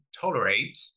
tolerate